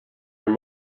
your